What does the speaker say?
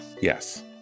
yes